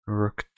rook